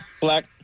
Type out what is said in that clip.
black